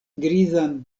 grizan